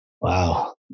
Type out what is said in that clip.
Wow